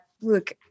look